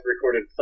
recorded